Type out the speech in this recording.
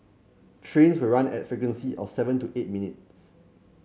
trains will run at frequency of seven to eight minutes